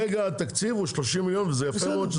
כרגע התקציב הוא 30 מיליון וזה יפה מאוד,